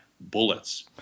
bullets